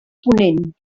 ponent